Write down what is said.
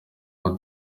aho